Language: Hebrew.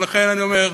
ולכן אני אומר,